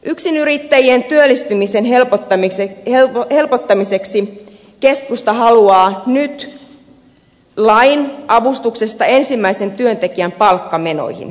yksinyrittäjien työllistymisen helpottamiseksi keskusta haluaa nyt lain avustuksesta ensimmäisen työntekijän palkkamenoihin